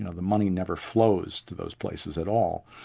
and the money never flows to those places at all.